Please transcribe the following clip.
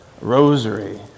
rosary